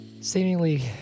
seemingly